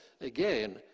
Again